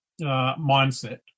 mindset